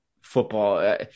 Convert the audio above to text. football